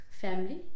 Family